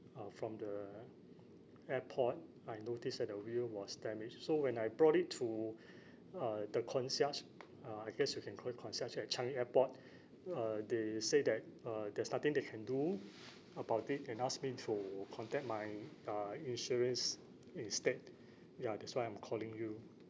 uh from the airport I noticed that the wheel was damaged so when I brought it to uh the concierge uh I guess you can call it concierge at changi airport uh they say that uh there's nothing they can do about it and ask me to contact my uh insurance instead ya that's why I'm calling you